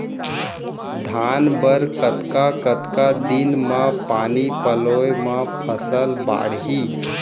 धान बर कतका कतका दिन म पानी पलोय म फसल बाड़ही?